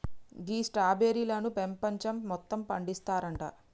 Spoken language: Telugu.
గీ స్ట్రాబెర్రీలను పెపంచం మొత్తం పండిస్తారంట